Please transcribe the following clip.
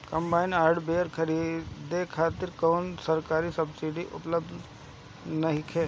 Combine harvester खरीदे खातिर कउनो सरकारी सब्सीडी उपलब्ध नइखे?